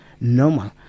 normal